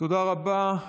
תודה רבה.